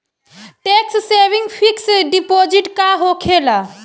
Tax saving fix deposit का होखे ला?